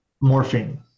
morphine